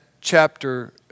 chapter